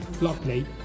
luckily